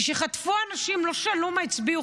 כשחטפו אנשים לא שאלו מה הצביעו,